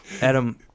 Adam